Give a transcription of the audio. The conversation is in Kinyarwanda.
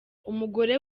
umugore